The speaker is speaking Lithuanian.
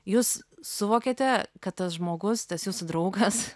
jūs suvokiate kad tas žmogus tas jūsų draugas